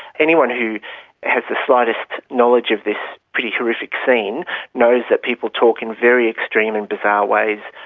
anyone who has the slightest knowledge of this pretty horrific scene knows that people talk in very extreme and bizarre ways,